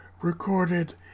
recorded